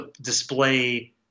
display